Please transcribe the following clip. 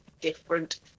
different